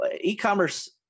e-commerce